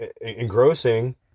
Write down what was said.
engrossing